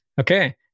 Okay